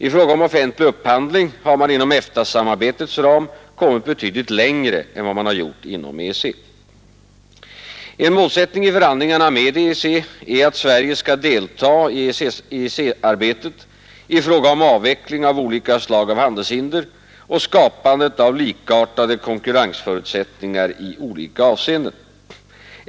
I fråga om offentlig upphandling har man inom EFTA-samarbetets ram kommit betydligt längre än man gjort inom EEC. En målsättning i förhandlingarna med EEC är att Sverige skall delta i EEC-arbetet i fråga om avveckling av olika slag av handelshinder och skapandet av likartade konkurrensförutsättningar i olika avseenden.